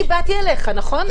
אני באתי אליך, נכון?